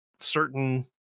certain